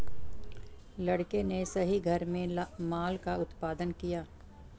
लड़के ने सही घर में माल का उत्पादन किया